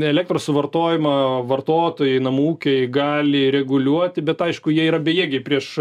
elektros suvartojimo vartotojai namų ūkiai gali reguliuoti bet aišku jie yra bejėgiai prieš